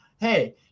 hey